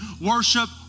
worship